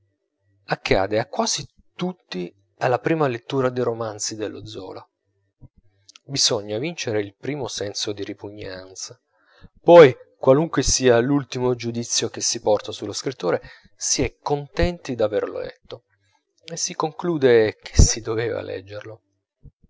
accade a quasi tutti alla prima lettura dei romanzi dello zola bisogna vincere il primo senso di ripugnanza poi qualunque sia l'ultimo giudizio che si porta sullo scrittore si è contenti d'averlo letto e si conclude che si doveva leggere